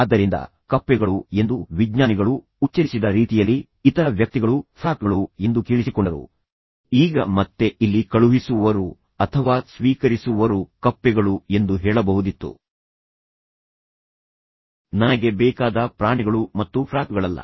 ಆದ್ದರಿಂದ ಕಪ್ಪೆಗಳು ಎಂದು ವಿಜ್ಞಾನಿಗಳು ಉಚ್ಚರಿಸಿದ ರೀತಿಯಲ್ಲಿ ಇತರ ವ್ಯಕ್ತಿಗಳು ಫ್ರಾಕ್ಗಳು ಎಂದು ಕೇಳಿಸಿಕೊಂಡರು ಈಗ ಮತ್ತೆ ಇಲ್ಲಿ ಕಳುಹಿಸುವವರು ಅಥವಾ ಸ್ವೀಕರಿಸುವವರು ಕಪ್ಪೆಗಳು ಎಂದು ಹೇಳಬಹುದಿತ್ತು ನನಗೆ ಬೇಕಾದ ಪ್ರಾಣಿಗಳು ಮತ್ತು ಫ್ರಾಕ್ಗಳಲ್ಲ